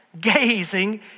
gazing